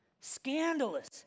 Scandalous